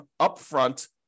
upfront